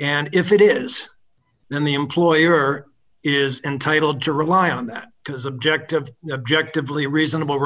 and if it is then the employer is entitled to rely on that because objective objective lee reasonable